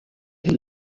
est